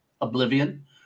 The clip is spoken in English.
Oblivion